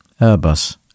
Airbus